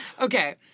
Okay